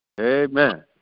Amen